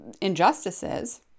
injustices